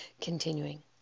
Continuing